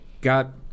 God